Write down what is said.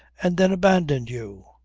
and then abandoned you!